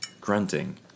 Grunting